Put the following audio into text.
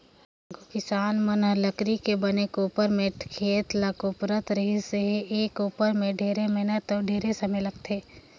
आघु किसान मन हर लकरी कर बने कोपर में खेत ल कोपरत रिहिस अहे, ए कोपर में ढेरे मेहनत अउ ढेरे समे लगथे